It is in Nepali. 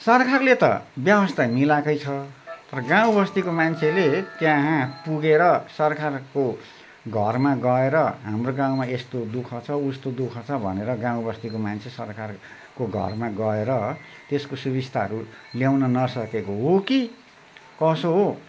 सरकारले त व्यवस्था मिलाएकै छ तर गाउँबस्तीको मान्छेले त्यहाँ पुगेर सरकारको घरमा गएर हाम्रो गाउँमा यस्तो दुःख छ उस्तो दुःख छ भनेर गाउँबस्तीको मान्छे सरकारको घरमा गएर त्यसको सुविस्ताहरू ल्याउन नसकेको हो कि कसो हो